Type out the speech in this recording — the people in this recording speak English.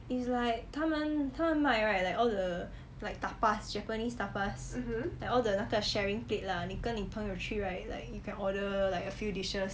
it's like 他们他们买 right like all the like tapas japanese tapas like all the sharing plate lah 你跟你朋友去 right like you can order like a few dishes